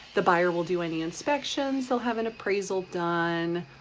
the buyer will do any inspections. they'll have an appraisal done.